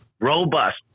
robust